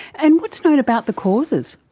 and what is known about the causes?